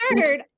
third